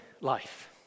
life